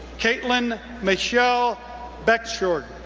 caitlin michelle beckjord,